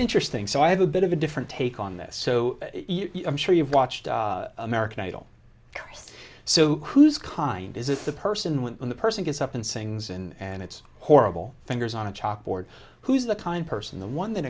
interesting so i have a bit of a different take on this so i'm sure you've watched american idol careers so who's kind is it the person when the person gets up and sings and it's horrible fingers on a chalkboard who's the kind person the one that